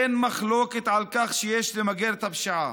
אין מחלוקת על כך שיש למגר את הפשיעה,